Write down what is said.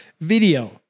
video